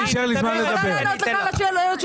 אני יכולה לענות לך על השאלה שלך.